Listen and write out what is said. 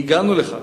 והגענו לכך.